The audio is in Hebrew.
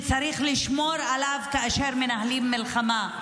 וצריך לשמור עליו כאשר מנהלים מלחמה.